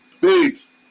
Peace